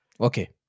Okay